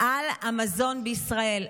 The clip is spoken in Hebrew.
על המזון בישראל.